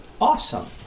Awesome